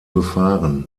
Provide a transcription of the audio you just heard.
befahren